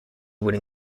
would